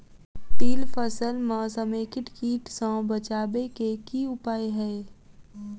तिल फसल म समेकित कीट सँ बचाबै केँ की उपाय हय?